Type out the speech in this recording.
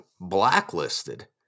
blacklisted